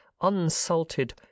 unsalted